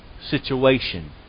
situation